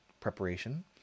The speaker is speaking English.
preparation